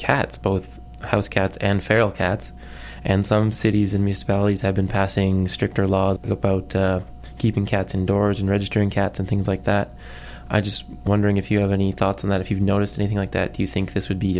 cats both house cats and feral cats and some cities and municipalities have been passing stricter laws about keeping cats indoors and registering cats and things like that i just wondering if you have any thoughts on that if you've noticed anything like that do you think this would be